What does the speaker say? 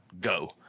go